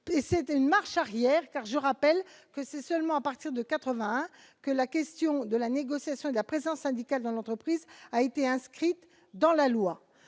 véritable marche arrière : c'est seulement à partir de 1981 que la question de la négociation et de la présence syndicale dans l'entreprise a été inscrite dans la loi.